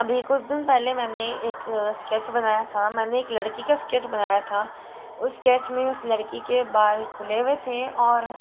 अभी कुछ दिन पहले मैंने एक स्केच बनाया था मैंने एक लड़की का स्केच बनाया था उस स्कैच में उस लड़की के बाल खुले हुए थे और